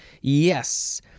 Yes